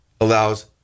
allows